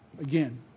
Again